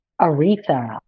Aretha